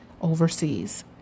overseas